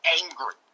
angry